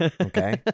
okay